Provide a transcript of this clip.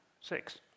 six